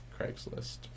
Craigslist